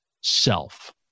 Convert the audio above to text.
self